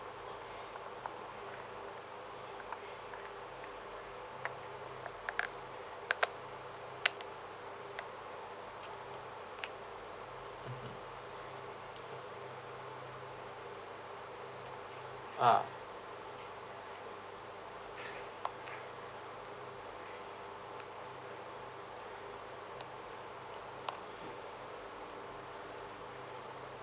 ah